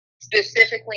specifically